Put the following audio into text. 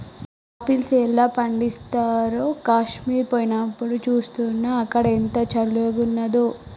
apples ఎలా పండిస్తారో కాశ్మీర్ పోయినప్డు చూస్నా, అక్కడ ఎంత చల్లంగున్నాదో